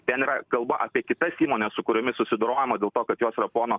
ten yra kalba apie kitas įmones su kuriomis susidorojama dėl to kad jos yra pono